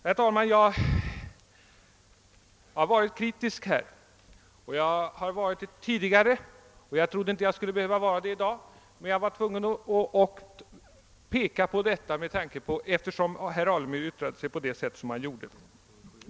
Herr talman! Jag har här varit kritisk och jag har också varit det tidigare. Jag trodde inte jag skulle behöva vara det i dag, men jag tyckte jag var tvungen att peka på detta, eftersom herr Alemyr yttrade sig på det sätt som han gjorde.